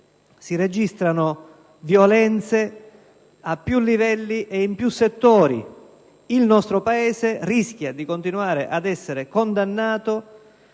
si registrano violenze a più livelli e in più settori. Il nostro Paese rischia di continuare a essere condannato